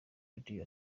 radio